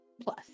plus